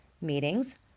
meetings